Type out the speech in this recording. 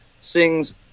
sings